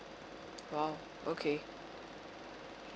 !wow! okay